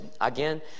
again